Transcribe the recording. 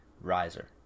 riser